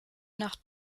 nach